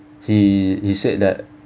he he said that